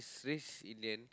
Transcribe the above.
race Indian